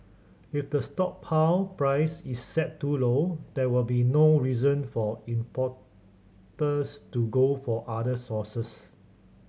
if the stockpile price is set too low there will be no reason for importers to go for other sources